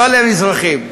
לא למזרחיים.